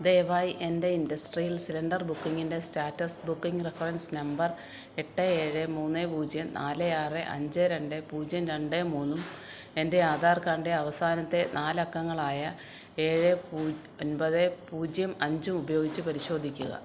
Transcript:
ദയവായി എൻ്റെ industrial cylinder ബുക്കിംഗിൻ്റെ സ്റ്റാറ്റസ് ബുക്കിംഗ് റഫറൻസ് നമ്പർ എട്ട് ഏഴ് മൂന്ന് പൂജ്യം നാല് ആറ് അഞ്ച് രണ്ട് പൂജ്യം രണ്ട് മൂന്നും എൻ്റെ ആധാർ കാർഡിൻ്റെ അവസാനത്തെ നാല് അക്കങ്ങളായ ഏഴ് ഒമ്പത് പൂജ്യം അഞ്ചും ഉപയോഗിച്ച് പരിശോധിക്കുക